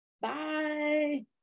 bye